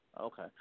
Okay